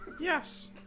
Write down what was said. Yes